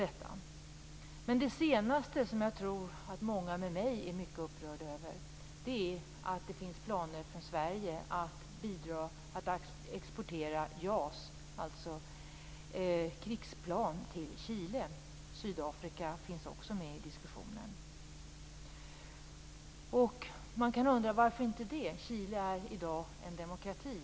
Det senaste, som jag tror att många med mig är mycket upprörda över, är att det i Sverige finns planer på att exportera JAS, alltså krigsplan, till Chile. Sydafrika finns också med i den diskussionen. Varför skulle då inte det vara möjligt? Chile är i dag en demokrati.